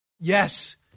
Yes